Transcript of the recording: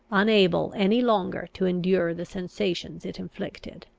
unable any longer to endure the sensations it inflicted.